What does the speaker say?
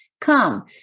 Come